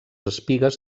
espigues